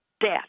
death